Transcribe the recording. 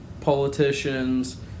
politicians